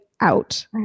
out